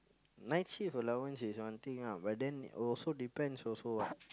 night shift allowance is one thing ah but then also depends also what